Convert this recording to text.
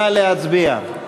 נא להצביע.